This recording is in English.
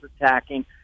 attacking